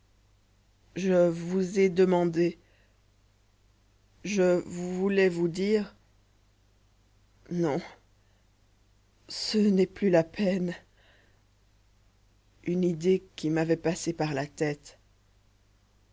je vous ai demandé je voulais vous dire non ce n'est plus la peine une idée qui m'avait passé par la tête